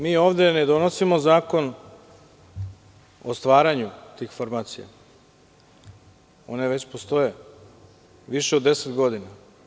Mi ovde ne donosimo zakon o stvaranju tih formacija, one već postoje, više od 10 godina.